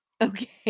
Okay